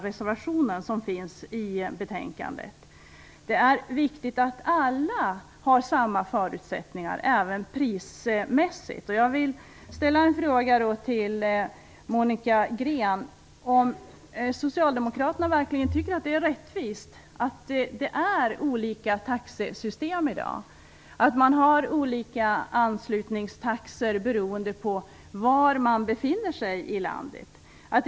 Det är alltså viktigt att alla har samma förutsättningar, även prismässigt. Jag vill fråga Monica Green om Socialdemokraterna verkligen tycker att det är rättvist att det i dag är olika taxesystem, att det är olika anslutningstaxor beroende på var i landet man befinner sig.